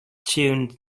tune